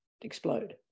explode